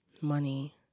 money